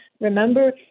remember